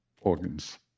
organs